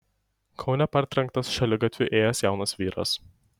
kaune partrenktas šaligatviu ėjęs jaunas vyras